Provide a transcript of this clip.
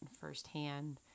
firsthand